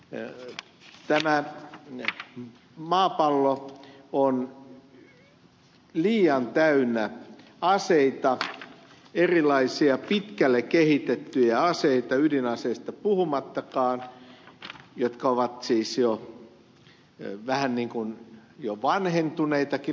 tä mä maapallo on liian täynnä aseita erilaisia pitkälle kehitettyjä aseita ydinaseista puhumattakaan jotka ovat siis jo vähän vanhentuneitakin